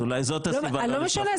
אז אולי זאת הסיבה ל --- לא משנה,